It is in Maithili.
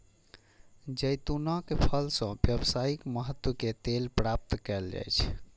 जैतूनक फल सं व्यावसायिक महत्व के तेल प्राप्त कैल जाइ छै